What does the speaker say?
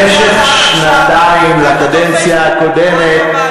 ארבע ועדות, במשך שנתיים בקדנציה הקודמת.